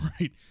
right